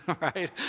right